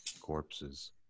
corpses